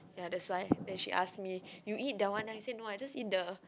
ya that's why then she ask me you eat that one ah I say no I just eat the